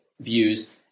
views